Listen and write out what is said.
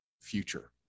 future